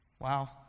Wow